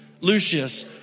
Lucius